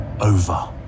over